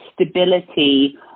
stability